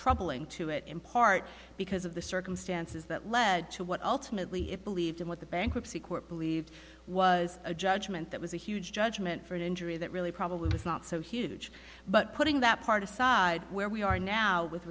troubling to it in part because of the circumstances that led to what ultimately it believed in what the bankruptcy court believed was a judgment that was a huge judgment for an injury that really probably was not so huge but putting that part aside where we are now with